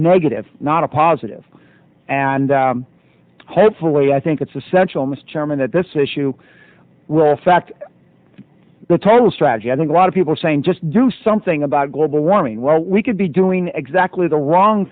negative not a positive and hopefully i think it's essential mr chairman that this issue will affect the total strategy i think a lot of people are saying just do something about global warming well we could be doing exactly the wrong